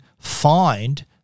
find